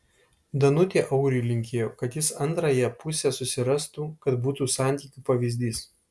danutė auriui linkėjo kad jis antrąją pusę susirastų kad būtų santykių pavyzdys